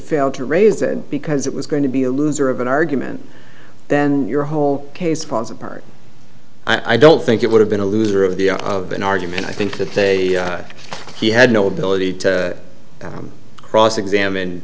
fail to raise it because it was going to be a loser of an argument then your whole case falls apart i don't think it would have been a loser of the of an argument i think that they he had no ability to cross examine